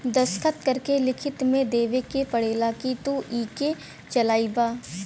दस्खत करके लिखित मे देवे के पड़ेला कि तू इके चलइबा